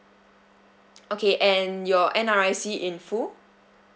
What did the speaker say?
okay and your N_R_I_C in full